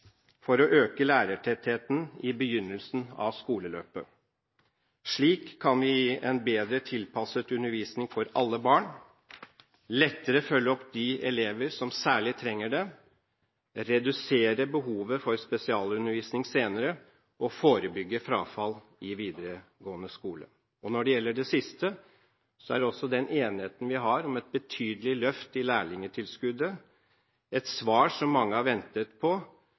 for å øke lærertettheten i begynnelsen av skoleløpet. Slik kan vi gi en bedre tilpasset undervisning for alle barn, lettere følge opp de elever som særlig trenger det, redusere behovet for spesialundervisning senere og forebygge frafall i videregående skole. Når det gjelder det siste, er også den enigheten vi har om et betydelig løft i lærlingtilskuddet, et svar som mange har ventet på